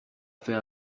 fait